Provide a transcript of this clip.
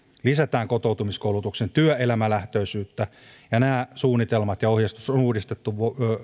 lisätään kotoutumiskoulutuksen työelämälähtöisyyttä ja nämä suunnitelmat ja ohjeistus on uudistettu